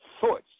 thoughts